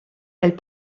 elles